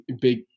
big